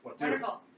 Wonderful